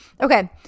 okay